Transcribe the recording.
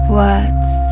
words